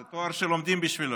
זה תואר שלומדים בשבילו.